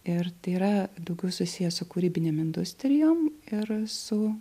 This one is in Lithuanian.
ir tai yra daugiau susiję su kūrybinėm industrijom ir su